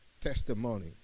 testimony